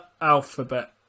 Alphabet